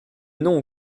non